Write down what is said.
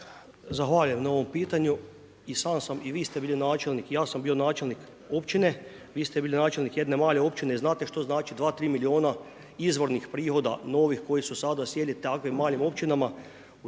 Zahvaljujem na ovom pitanju. I sam sam i vi ste bili načelnik, ja sam bio načelnik općine, vi ste bili …/Govornik se ne razumije./… jedne male opčine i znate što znači 2, 3 milijuna izvornih prihoda, novih, koji su sada sjeli, takvim malim općinama,